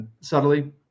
subtly